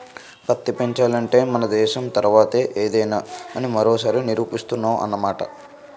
పత్తి పెంచాలంటే మన దేశం తర్వాతే ఏదైనా అని మరోసారి నిరూపిస్తున్నావ్ అన్నమాట